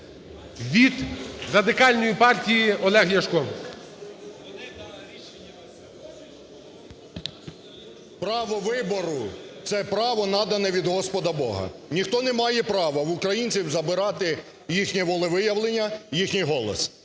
Від Радикальної партії Олег Ляшко. 16:51:26 ЛЯШКО О.В. Право вибору – це право, надане від Господа Бога. Ніхто не має права в українців забирати їхнє волевиявлення, їхній голос.